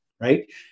right